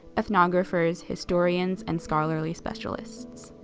ethnographers, historians and scholarly specialists.